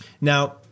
Now